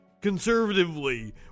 conservatively